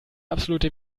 absolute